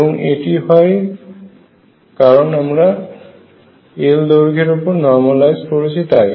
এবং এটি হয় কারণ আমরা L দৈর্ঘ্যের ওপর নর্মালাইজ করেছি তাই